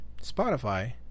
spotify